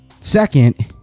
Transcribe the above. Second